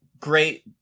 great